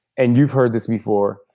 and you've heard this before,